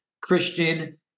Christian